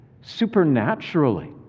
supernaturally